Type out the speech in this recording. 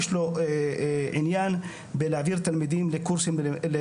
יש לו עניין בלהעביר תלמידים קורסים ללמוד עצמאי.